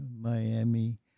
miami